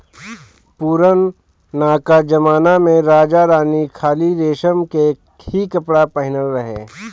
पुरनका जमना में राजा रानी खाली रेशम के ही कपड़ा पहिनत रहे